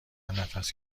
نفس